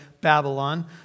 Babylon